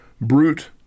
brute